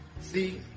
See